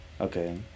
Okay